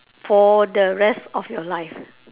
for the rest of your life